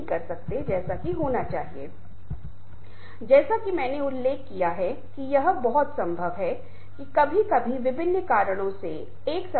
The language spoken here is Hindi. हमने प्रस्तुतियों के संदर्भ में शारीरिक हाव - भावबॉडी लैंग्वेज Body Language आवाज़ और अन्य मापदंडों के बारे में बात की